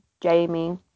Jamie